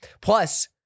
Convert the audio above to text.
Plus